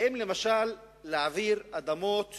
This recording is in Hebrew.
האם למשל להעביר אדמות